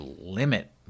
limit